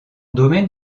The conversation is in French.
domaine